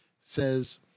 says